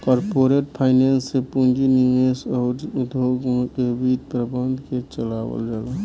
corporate finance से पूंजी निवेश अउर उद्योग के वित्त प्रबंधन के चलावल जाला